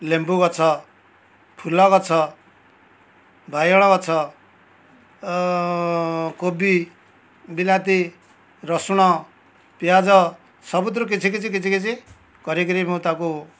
ଲେମ୍ବୁ ଗଛ ଫୁଲ ଗଛ ବାଇଗଣ ଗଛ କୋବି ବିଲାତି ରସୁଣ ପିଆଜ ସବୁଥିରୁ କିଛି କିଛି କିଛି କିଛି କରିକି ମୁଁ ତାକୁ